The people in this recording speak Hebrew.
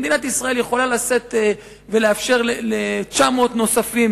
מדינת ישראל יכולה לשאת ולאפשר ל-900 נוספים